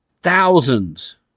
thousands